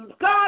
God